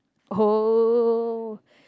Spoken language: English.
oh